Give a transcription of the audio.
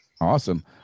Awesome